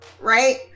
right